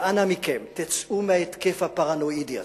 אנא מכם, תצאו מההתקף הפרנואידי הזה.